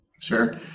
Sure